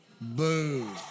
boo